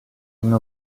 una